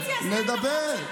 מדבר.